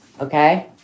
Okay